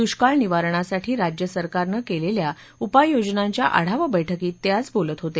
दुष्काळ निवारणासाठी राज्य सरकारनं केलेल्या उपाययोजनांच्या आढावा बैठकीत ते आज बोलत होते